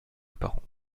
apparent